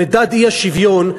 במדד האי-שוויון,